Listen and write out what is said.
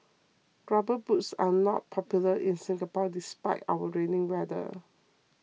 rubber boots are not popular in Singapore despite our rainy weather